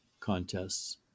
contests